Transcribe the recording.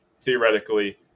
theoretically